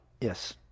Yes